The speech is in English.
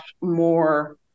more